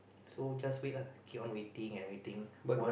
so just wait lah keep on waiting and waiting one